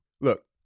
Look